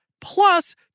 plus